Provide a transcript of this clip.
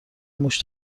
موش